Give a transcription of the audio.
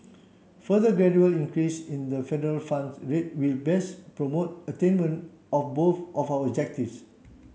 further gradually increase in the federal funds rate will best promote attainment of both of our objectives